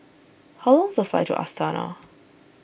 how long the flight to Astana